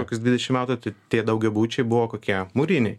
kokius dvidešimt metų tai tie daugiabučiai buvo kokie mūriniai